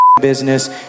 business